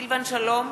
סילבן שלום,